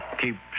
keep